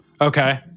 Okay